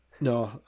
No